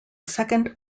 second